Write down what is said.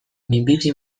minbizi